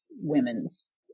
women's